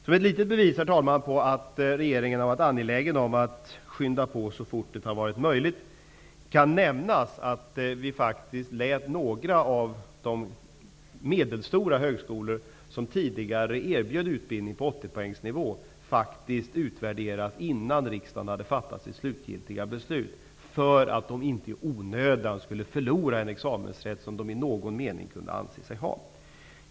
Som ett litet bevis på att regeringen har varit angelägen om att skynda på så fort det har varit möjligt kan nämnas att regeringen faktiskt lät några av de medelstora högskolorna som tidigare erbjöd utbildning på 80-poängsnivå utvärderas innan riksdagen fattat sitt slutgiltiga beslut för att de inte i onödan skulle förlora en examensrätt som de i någon mening kunde anses ha.